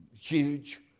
huge